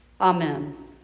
Amen